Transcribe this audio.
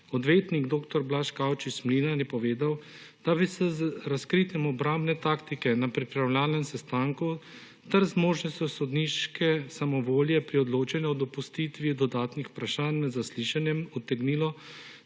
Odvetnik dr. Blaž Kovačič Mlinar je povedal, da bi se z razkritjem obrambne taktike na pripravljalnem sestanku ter z možnostjo sodniške samovolje pri odločanju o dopustitvi dodatnih vprašanj na zaslišanju utegnilo